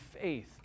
faith